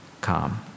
calm